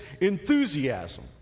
enthusiasm